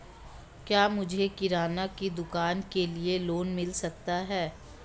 क्या मुझे किराना की दुकान के लिए लोंन मिल सकता है?